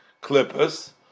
clippers